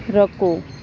رکو